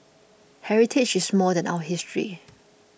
heritage is more than our history